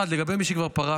1. לגבי מי שכבר פרש,